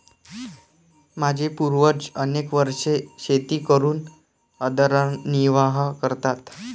माझे पूर्वज अनेक वर्षे शेती करून उदरनिर्वाह करतात